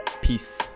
peace